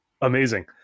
Amazing